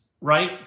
right